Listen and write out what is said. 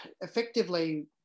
effectively